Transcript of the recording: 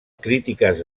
crítiques